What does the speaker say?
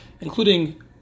Including